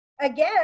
Again